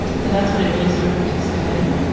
so, that's when it really started to set in.